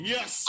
Yes